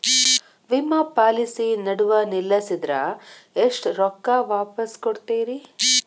ವಿಮಾ ಪಾಲಿಸಿ ನಡುವ ನಿಲ್ಲಸಿದ್ರ ಎಷ್ಟ ರೊಕ್ಕ ವಾಪಸ್ ಕೊಡ್ತೇರಿ?